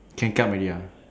can come already ah